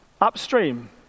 upstream